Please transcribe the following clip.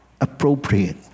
appropriate